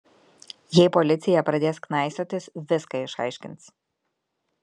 jei policija pradės knaisiotis viską išaiškins